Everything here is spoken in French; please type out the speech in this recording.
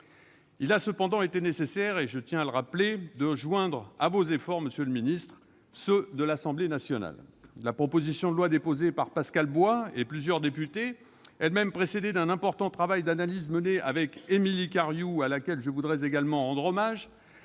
Il a cependant été nécessaire- je tiens à le rappeler -de joindre à vos efforts, monsieur le ministre, ceux de l'Assemblée nationale. La proposition de loi déposée par Pascal Bois et plusieurs députés, elle-même précédée d'un important travail d'analyse mené avec Émilie Cariou, à laquelle je voudrais également rendre hommage,